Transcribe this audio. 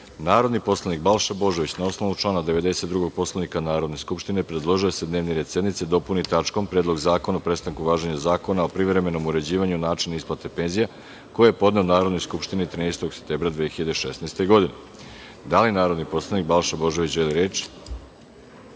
predlog. Narodni poslanik Balša Božović, na osnovu člana 92. Poslovnika Narodne skupštine predložio je da se dnevni red sednice dopuni tačkom – Predlog zakona o prestanku važenja zakona o privremenom uređivanju načina isplate penzija, koji je podneo Narodnoj skupštini 13. septembra 2016. godine. Da li narodni poslanik Balša Božović želi reč? Reč